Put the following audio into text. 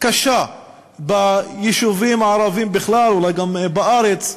קשה ביישובים הערביים בכלל, אולי גם בארץ,